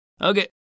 Okay